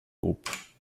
groupe